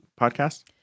podcast